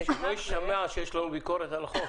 ושלא יישמע שיש לנו ביקורת על החוק.